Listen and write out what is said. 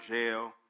jail